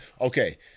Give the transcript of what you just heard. okay